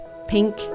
pink